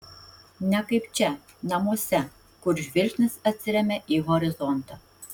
ne kaip čia namuose kur žvilgsnis atsiremia į horizontą